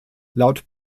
laut